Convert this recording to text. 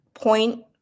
point